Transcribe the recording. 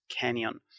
canyon